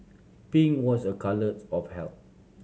pink was a colours of health